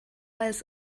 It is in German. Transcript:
als